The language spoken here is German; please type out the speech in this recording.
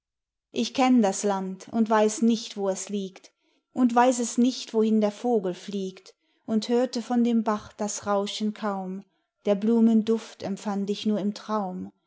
ich kenn das land und weiß nicht wo es liegt und weiß es nicht wohin der vogel fliegt und hörte von dem bach das rauschen kaum der blumen duft empfand ich nur im traum